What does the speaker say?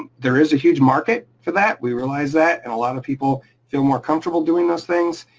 ah there is a huge market for that, we realize that, and a lot of people feel more comfortable doing those things.